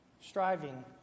striving